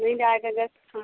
नहीं जाएगा जब हाँ